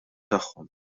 tagħhom